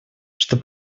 что